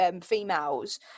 females